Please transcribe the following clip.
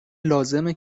لازمه